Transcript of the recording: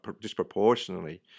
disproportionately